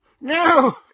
no